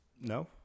No